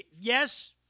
yes